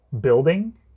building